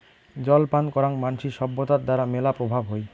জল পান করাং মানসির সভ্যতার দ্বারা মেলা প্রভাব হই